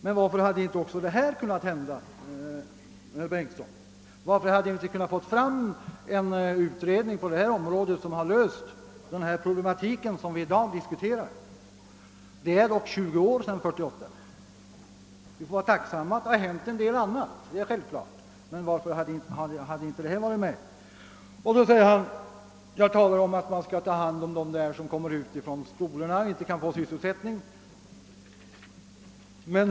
Men varför kunde vi inte också ha fått fram en utredning som löst den problematik som vi i dag diskuterar? Tjugo år har dock förflutit sedan 1948. Jag talade vidare om att vi skall ta hand om dem som kommer ut från skolorna och inte kan få sysselsättning.